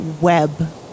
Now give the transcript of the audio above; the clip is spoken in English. web